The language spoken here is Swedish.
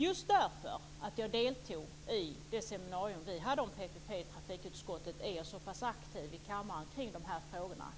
Just därför att jag deltog i det seminarium som vi hade om PPP i trafikutskottet är jag så pass aktiv i kammaren när det gäller dessa frågor.